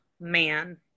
man